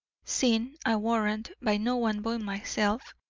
seen, i warrant, by no one but myself,